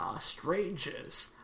Strangers